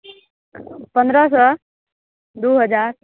पन्द्रह सए दू हजार